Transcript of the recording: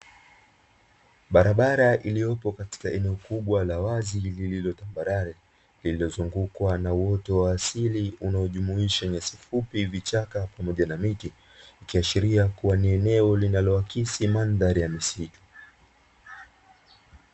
Barabara iliyopo katika eneo kubwa la wazi lililotambarare lililozungukwa na uoto wa asili unaojumuisha nyasi fupi, vichaka, pamoja na miti ikiashiria kuwa ni eneo linaloakisi mandhari ya misitu.